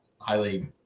highly